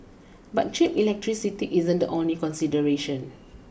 but cheap electricity isn't the only consideration